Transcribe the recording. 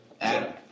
Adam